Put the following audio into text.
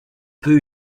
peu